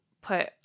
put